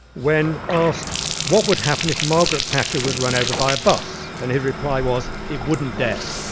when asked what would happen if margaret thatcher was run over by a bus, and his reply was, it wouldn't dare.